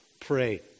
Pray